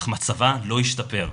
אך מצבה לא השתפר,